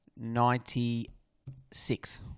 Ninety-six